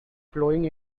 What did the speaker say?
flowing